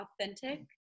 authentic